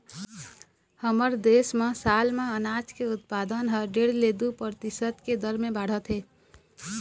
हमर देश म साल म अनाज के उत्पादन ह डेढ़ ले दू परतिसत के दर म बाढ़त हे